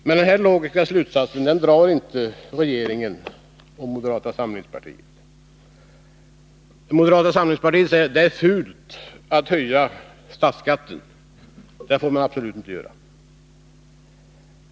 Men denna logiska slutsats har regeringen och moderata samlingspartiet inte dragit. Det är fult att höja statsskatten, säger moderata samlingspartiet. Det får man absolut inte göra.